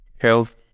health